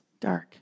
dark